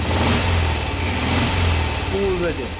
school बिच